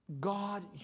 God